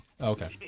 Okay